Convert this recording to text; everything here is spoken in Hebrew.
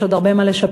יש עוד הרבה מה לשפר.